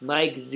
Mike